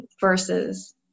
versus